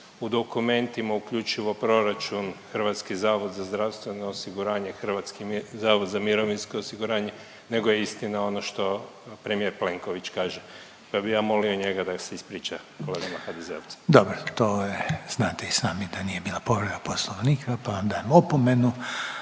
u dokumentima uključivo proračun Hrvatski zavod za zdravstveno osiguranje, Hrvatski zavod za mirovinsko osiguranje nego je istina ono što premijer Plenković kaže. Pa bi ja molio njega da se ispriča kolegama HDZ-ovcima. **Reiner, Željko (HDZ)** Dobro, to je, znate i sami da nije bila povreda Poslovnika pa vam dajem opomenu.